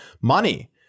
money